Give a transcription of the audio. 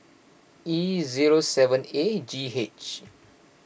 E zero seven A G H